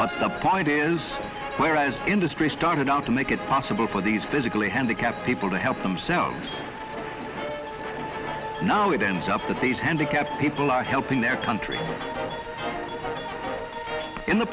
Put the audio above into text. but the point is whereas industry started out to make it possible for these physically handicapped people to help themselves now it ends up that these handicapped people are helping their country in the